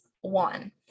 One